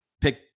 pick